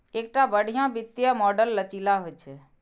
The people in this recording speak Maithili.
एकटा बढ़िया वित्तीय मॉडल लचीला होइ छै